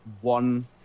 one